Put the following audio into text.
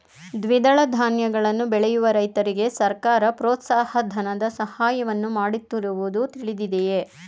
ದ್ವಿದಳ ಧಾನ್ಯಗಳನ್ನು ಬೆಳೆಯುವ ರೈತರಿಗೆ ಸರ್ಕಾರ ಪ್ರೋತ್ಸಾಹ ಧನದ ಸಹಾಯವನ್ನು ಮಾಡುತ್ತಿರುವುದು ತಿಳಿದಿದೆಯೇ?